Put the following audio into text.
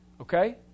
Okay